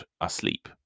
asleep